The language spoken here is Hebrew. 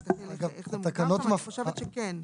אסתכל, אבל אני חושבת שכן.